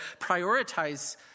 prioritize